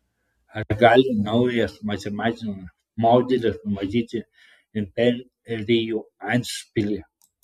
ar gali naujas matematinis modelis numatyti imperijų endšpilį